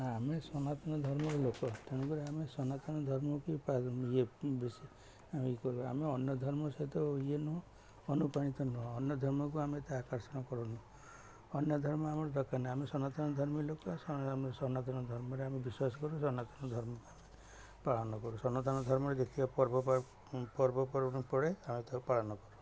ଆମେ ସନାତନ ଧର୍ମର ଲୋକ ତେଣୁକରି ଆମେ ସନାତନ ଧର୍ମକୁ ଇଏ ପା ଇଏ ବେଶୀ ଇଏ କରୁ ଆମେ ଅନ୍ୟ ଧର୍ମ ସହିତ ଇଏ ନୁହଁ ଅନୁପ୍ରାଣିତ ନୁହଁ ଅନ୍ୟ ଧର୍ମକୁ ଆମେ ଏତେ ଆକର୍ଷଣ କରୁନୁ ଅନ୍ୟ ଧର୍ମ ଆମର ଦରକାର ନାଇଁ ଆମେ ସନାତନ ଧର୍ମ ର ଲୋକ ସନାତନ ଆମେ ସନାତନ ଧର୍ମରେ ଆମେ ବିଶ୍ୱାସ କରୁ ସନାତନ ଧର୍ମକୁ ପାଳନ କରୁ ସନାତନ ଧର୍ମରେ ଦେଖିବା ପର୍ବ ପର୍ବପର୍ବା ପର୍ବ ପର୍ବପର୍ବାଣି ପଡ଼େ ଆମେ ତାକୁ ପାଳନ କରୁ